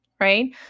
right